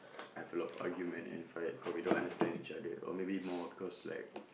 I've a lot of argument and fight cause we don't understand each other or maybe or because like